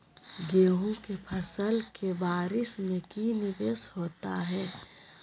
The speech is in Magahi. गेंहू के फ़सल के बारिस में की निवेस होता है?